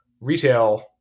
retail